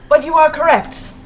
but you are correct.